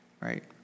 right